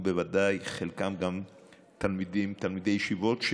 ובוודאי חלקם גם תלמידי ישיבות,